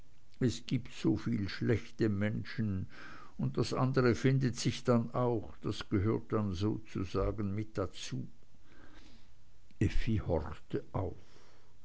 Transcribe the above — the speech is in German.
es gibt so viel schlechte menschen und das andere findet sich dann auch das gehört dann sozusagen mit dazu effi horchte auf